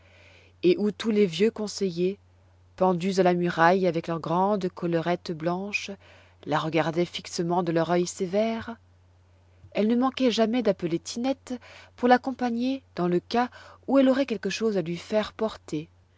et où tous les vieux conseillers pendus à la muraille avec leurs grandes collerettes blanches la regardaient fixement de leur œil sévère elle ne manquait jamais d'appeler tinette pour l'accompagner dans le cas où elle aurait quelque chose à lui faire porter